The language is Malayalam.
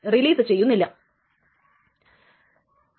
അല്ലെങ്കിൽ എന്ത് സംഭവിക്കും Ti വായിക്കുകയും കമ്മിറ്റ് ചെയ്യുകയും ചെയ്യും